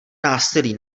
násilí